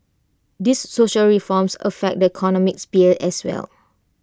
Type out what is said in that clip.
these social reforms affect the economic sphere as well